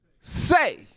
Say